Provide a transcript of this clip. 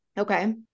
Okay